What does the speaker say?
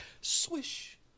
Swish